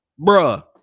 bruh